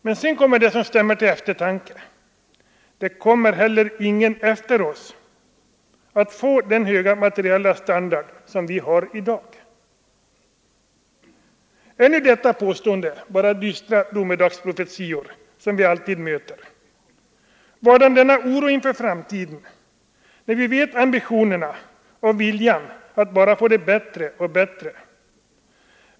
Men sedan kommer dessa stämmor till eftertanke: Det kommer heller ingen generation efter oss som får den höga materiella standard som vi har i dag. Är dessa påståenden bara dystra domedagsprofetior som vi alltid möter? Vadan denna oro inför framtiden, när vi känner ambitionerna och viljan att bara göra det bättre och bättre?